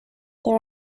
there